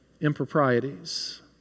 improprieties